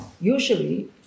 usually